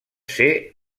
ser